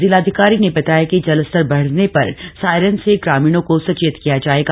जिलाधिकारी ने बताया कि जल स्तर बढ़ने पर सायरन से ग्रामीणों को सचेत किया जाएगा